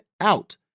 out